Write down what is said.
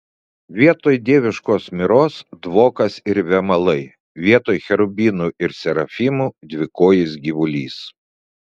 vietoj dieviškos miros dvokas ir vėmalai vietoj cherubinų ir serafimų dvikojis gyvulys